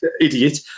idiot